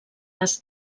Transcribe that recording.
les